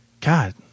God